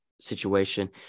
situation